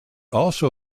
also